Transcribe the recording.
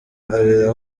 abera